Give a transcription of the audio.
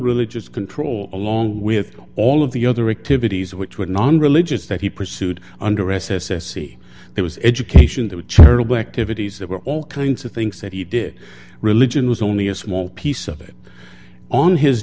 religious control along with all of the other activities which were non religious that he pursued under arrest ceci there was education the church activities there were all kinds of things that he did religion was only a small piece of it on his